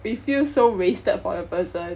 we feel so wasted for the person